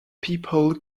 people